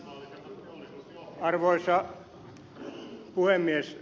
arvoisa puhemies